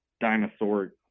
dinosaur